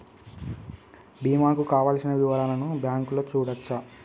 బీమా కు కావలసిన వివరాలను బ్యాంకులో చూడొచ్చా?